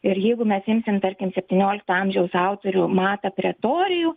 ir jeigu mes imsim tarkim septyniolikto amžiaus autorių matą pretorijų